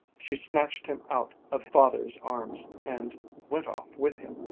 she snatched him out of father's arms and went off with him,